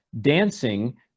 dancing